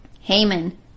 Haman